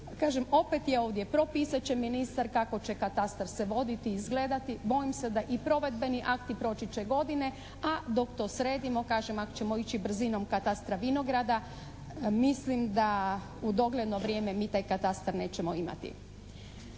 opet je ovdje, propisat će ministar kako će katastar se voditi i izgledati, bojim se da i provedbeni akti proći će godine, a dok to sredimo, kažem ako ćemo ići brzinom katastra vinograda mislim da u dogledno vrijeme mi taj katastar nećemo imati.